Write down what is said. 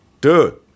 dude